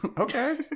Okay